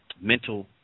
mental